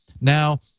Now